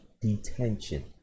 detention